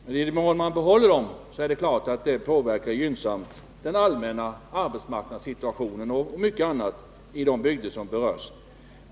Men i den mån man behåller dessa vägstationer påverkar det gynnsamt den allmänna arbetsmarknadssituationen och mycket annat i de bygder som berörs.